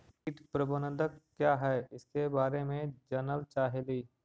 कीट प्रबनदक क्या है ईसके बारे मे जनल चाहेली?